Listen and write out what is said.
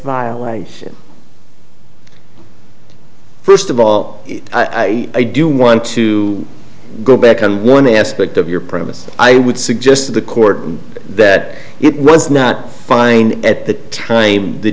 violation first of all i do want to go back on one aspect of your premise i would suggest to the court that it was not fine at the time the